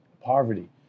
poverty